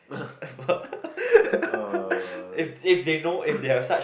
if they know if they have such